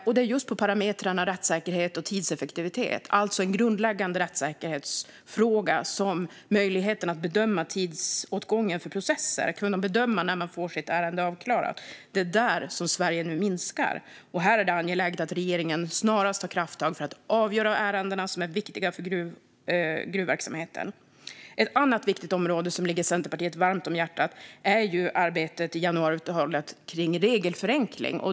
Det gäller just på parametrarna rättssäkerhet och tidseffektivitet, alltså grundläggande rättssäkerhetsfrågor. Det handlar om möjligheten att bedöma tidsåtgången för processer och när man får sitt ärende avklarat. Där är där som talen för Sverige nu minskar. Här är det angeläget att regeringen snarast tar krafttag när det gäller att avgöra ärendena som är viktiga för gruvverksamheten. Ett annat viktigt område som ligger Centerpartiet varmt om hjärtat är arbetet enligt januariavtalet om regelförenkling.